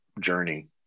journey